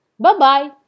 Bye-bye